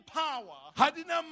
power